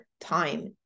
time